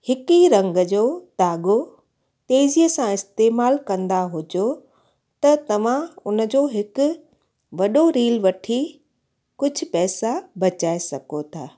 हिक ई रंग जो दाॻो तेज़ीअ सां इस्तेमालु कंदा हुजो त तव्हां हुनजो हिकु वॾो रील वठी कुझु पैसा बचाए सघो था